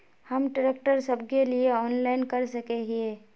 हम ट्रैक्टर सब के लिए ऑनलाइन कर सके हिये?